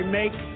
make